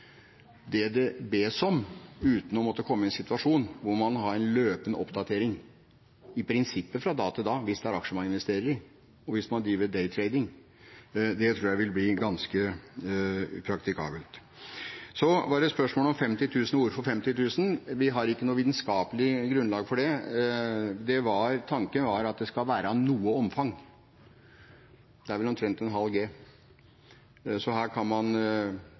det det bes om, uten å måtte komme i en situasjon hvor man har en løpende oppdatering – i prinsippet fra dag til dag hvis det er aksjer man investerer i, og hvis man driver «day trading». Det tror jeg vil bli ganske upraktikabelt. Så er spørsmålet: Hvorfor 50 000 kr? Vi har ikke noe vitenskapelig grunnlag for det. Tanken var at det skal være av noe omfang. Det er vel omtrent 0,5G. Så her kan man